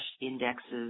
indexes